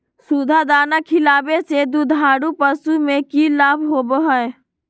सुधा दाना खिलावे से दुधारू पशु में कि लाभ होबो हय?